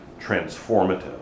transformative